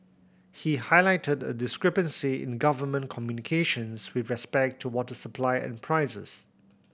he highlighted a discrepancy in government communications with respect to water supply and prices